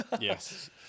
Yes